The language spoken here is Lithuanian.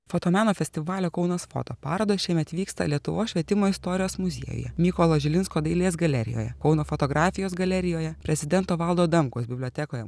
fotomeno festivalio kaunas foto paroda šiemet vyksta lietuvos švietimo istorijos muziejuje mykolo žilinsko dailės galerijoje kauno fotografijos galerijoje prezidento valdo adamkaus bibliotekoje